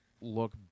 look